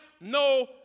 no